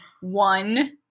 one